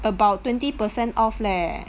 about twenty percent off leh